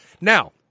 Now